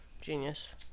Genius